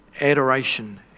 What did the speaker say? adoration